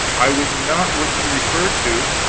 i wit not what ye refer to.